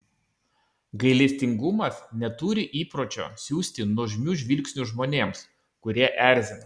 gailestingumas neturi įpročio siųsti nuožmių žvilgsnių žmonėms kurie erzina